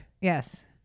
Yes